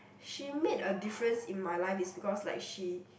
she made a difference in my life is because like she